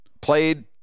played